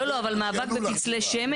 לא, לא, אבל מאבק בפצלי שמן.